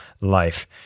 life